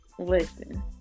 Listen